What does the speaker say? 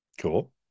Cool